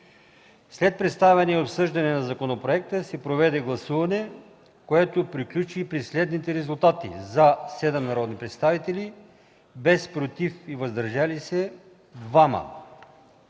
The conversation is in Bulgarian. След представяне и обсъждане на законопроекта се проведе гласуване, което приключи при следните резултати: „за” – 7 народни представители, без „против” и „въздържали се” - 2.